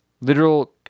Literal